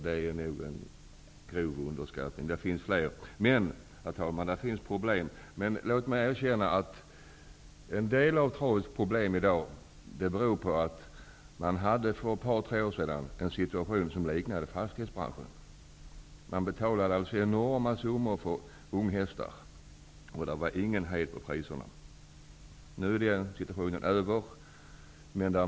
Det är nog en grov underskattning. Det är fler. Men, herr talman, det finns problem. Låt mig emellertid erkänna att en del av travsportens problem i dag beror på att det för ett par tre år sedan rådde en situation som liknade den som rådde inom fastighetsbranschen. Men betalade enorma summor för unghästar. Det var ingen hejd på priserna. Nu är situationen en annan.